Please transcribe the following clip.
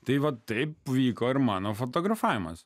tai va taip įvyko ir mano fotografavimas